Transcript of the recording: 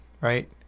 right